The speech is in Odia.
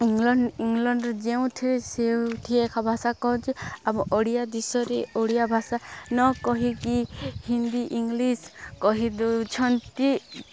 ଇଂଲଣ୍ଡ ଇଂଲଣ୍ଡରେ ଯେଉଁଠି ସେଉଠି ଏକ ଭାଷା କହୁଛି ଆମ ଓଡ଼ିଆ ଦେଶରେ ଓଡ଼ିଆ ଭାଷା ନ କହିକି ହିନ୍ଦୀ ଇଂଲିଶ କହି ଦଉଛନ୍ତି